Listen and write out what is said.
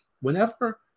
Whenever